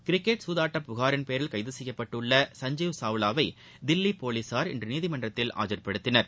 cricket சூதாட்ட புகாரின்பேரில் கைது செய்யப்பட்டுள்ள சஞ்ஜிவ் சாவ்வாவை தில்லி போலிசார் இன்று நீதிமன்றத்தில் ஆஜார்படுத்தினர்